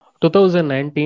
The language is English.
2019